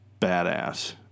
badass